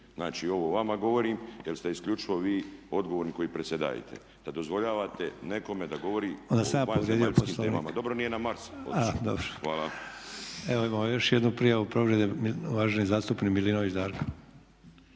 Znači, ovo vama govorim jer ste isključivo vi odgovorni koji predsjedajete, da dozvoljavate nekome da govori o vanzemaljskim temama. Dobro da nije na Mars otišao. Hvala. **Sanader, Ante (HDZ)** Evo imamo još jednu prijavu povrede, uvaženi zastupnik Milinović Darko.